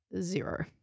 zero